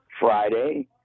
Friday